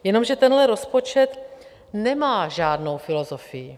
Jenomže tenhle rozpočet nemá žádnou filozofii.